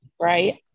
Right